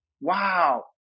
wow